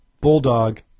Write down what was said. Bulldog